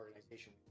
organization